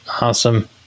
Awesome